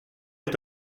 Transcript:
est